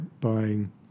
buying